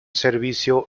servicio